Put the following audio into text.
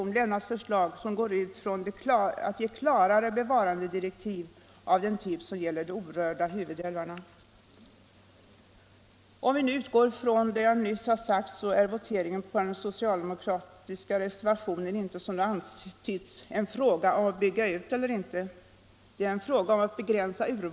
Riktningen är given, och utskottet har konstaterat att normerna bör innehålla en betydande skärpning av eljest gällande krav. Också här reserverar sig folkpartiet, reservationen 8, där man bl.a. talar om treglasfönster, bättre isolering och rumstermostater.